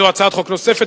זו הצעת חוק נוספת,